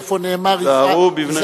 איפה נאמר: היזהרו בבני עניים?